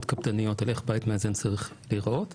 קפדניות על איך בית מאזן צריך להיראות?